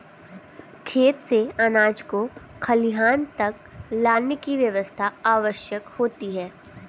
खेत से अनाज को खलिहान तक लाने की व्यवस्था आवश्यक होती है